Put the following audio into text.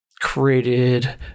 created